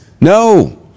No